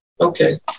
Okay